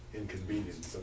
inconvenience